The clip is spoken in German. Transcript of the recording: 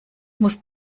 muss